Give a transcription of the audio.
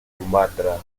sumatra